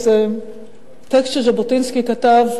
איזה טקסט שז'בוטינסקי כתב,